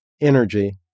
energy